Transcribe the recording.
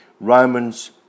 Romans